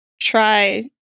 try